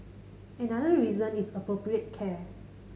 another reason is appropriate care